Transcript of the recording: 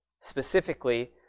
specifically